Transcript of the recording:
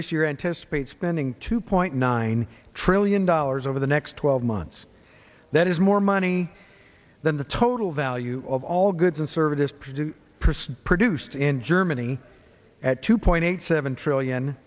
this year anticipate spending two point nine trillion dollars over the next twelve months that is more money than the total value of all goods and services produced person produced in germany at two point eight seven trillion